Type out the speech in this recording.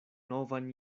novan